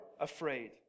afraid